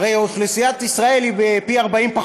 הרי אוכלוסיית ישראל היא החלק ה-40.